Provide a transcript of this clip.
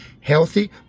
Healthy